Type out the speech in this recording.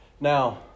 Now